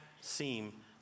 seem